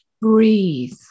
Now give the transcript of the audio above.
breathe